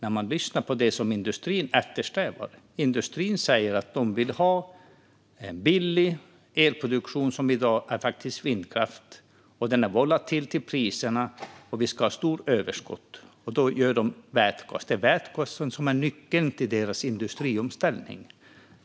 Om man lyssnar på industrin hör man att de vill ha en billig elproduktion, vilket i dag faktiskt innebär vindkraft. Den är volatil när det gäller priserna, och industrin vill ha ett stort överskott - för då gör de vätgas. Det är vätgasen som är nyckeln till industriomställningen.